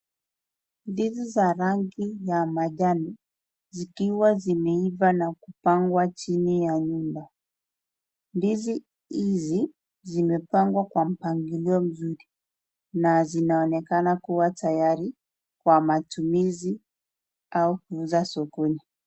Ndizi za rangi ya manjano, zikiwa zimeiva na kupangwa chini ya nyumba. Ndizi hizi zimepangwa kwa mpangilio mzuri na zinaonekana kuwa tayari kwa matumizi au kuuza sokoni.